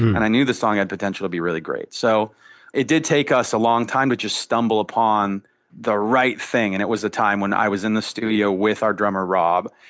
and i knew the song had potential to be really great. so it did take us a long time to just stumble upon the right thing. and it was the time when i was in the studio with our drummer, rob.